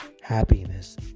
happiness